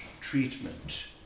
treatment